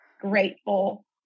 grateful